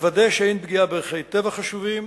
לוודא שאין פגיעה בערכי טבע חשובים